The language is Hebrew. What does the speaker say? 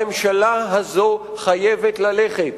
הממשלה הזאת חייבת ללכת,